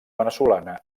veneçolana